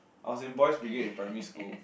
I was in Boys Brigade in primary school